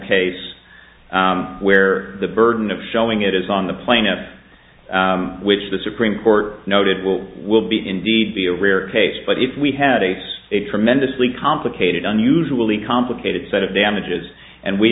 case where the burden of showing it is on the plane up which the supreme court noted will will be indeed be a rare case but if we had a tremendously complicated unusually complicated set of damages and we